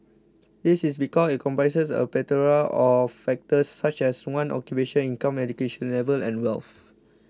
this is because it comprises a plethora of factors such as one's occupation income education level and wealth